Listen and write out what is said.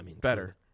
better